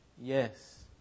Yes